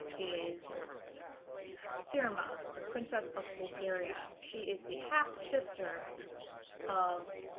is surma the princess of bulgaria she is the half-sister of